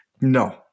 No